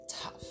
tough